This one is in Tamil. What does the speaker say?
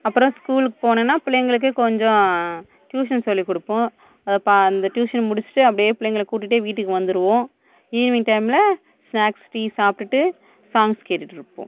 அப்புறம் ஸ்கூலுக்கு போனேன்னா பிள்ளைங்களுக்கு கொஞ்சம் டியூஷன் சொல்லிக்கொடுப்போம் அந்த டியூஷன் முடிச்சுட்டு அப்டியே புள்ளைங்களை கூட்டிட்டே வீட்டுக்கு வந்துருவோம் ஈவினிங் டைமில் ஸ்னாக்ஸ் டீ சாப்பிடுட்டு சாங்ஸ் கேட்டுட்ருப்போம்